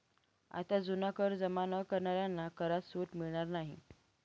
आता जुना कर जमा न करणाऱ्यांना करात सूट मिळणार नाही